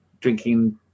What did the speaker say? drinking